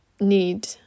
need